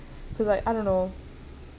because Iike I don't know